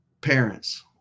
parents